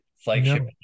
flagship